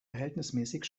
verhältnismäßig